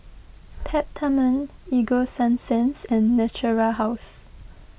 Peptamen Ego Sunsense and Natura House